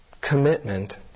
commitment